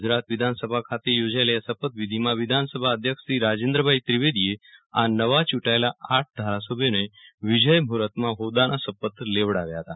ગુજરાત વિધાનસભા ખાતે યોજાયેલી આ શપથ વિધિમાં વિધાનસભા અધ્યક્ષ શ્રી રાજેન્દ્રભાઇ ત્રિવેદીએ આ નવા યૂંટાયેલા આઠ ધારાસભ્યોને વિજયમૂર્ફતમાં હોદ્દાના શપથ લેવડાવ્યા હતા